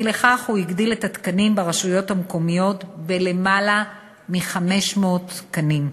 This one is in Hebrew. והוא הגדיל את מספר התקנים ברשויות המקומיות בלמעלה מ-500 תקנים.